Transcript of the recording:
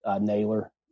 Naylor